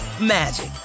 magic